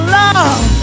love